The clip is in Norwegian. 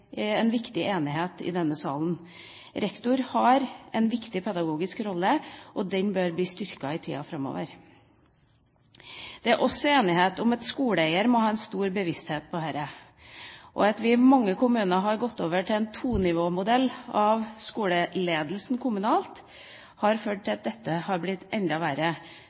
pedagogisk rolle, og den bør bli styrket i tida framover. Det er også enighet om at skoleeier må ha en sterk bevissthet her. At vi i mange kommuner har gått over til en tonivåmodell av skoleledelsen kommunalt, har ført til at ting har blitt enda verre.